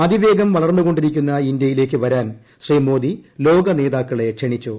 അതിവേഗം വളർന്നുകൊണ്ടിരുക്കുന്ന ഇന്ത്യയിലേക്ക് വരാൻ ശ്രീ മോദി ലോക നേതാക്കളെ ക്ഷണിച്ചു